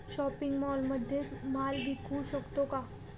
Shopping मॉलमध्ये माल विकू शकतो का?